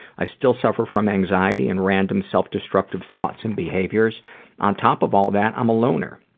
i still suffer from anxiety and random self-destructive thoughts and behaviors on top of all that, i'm a loner.